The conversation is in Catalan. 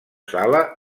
sala